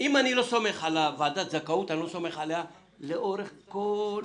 אני לא סומך על ועדת הזכאות אני לא סומך עליה לאורך כל הדרך.